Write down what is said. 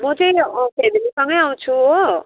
म चाहिँ फ्यामिलीसँगै आउँछु हो